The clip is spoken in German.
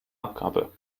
abgabe